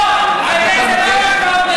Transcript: תעשה לי טובה.